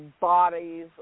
bodies